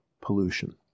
pollution